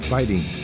Fighting